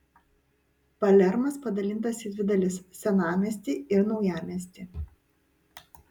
palermas padalintas į dvi dalis senamiestį ir naujamiestį